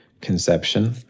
conception